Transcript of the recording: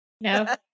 no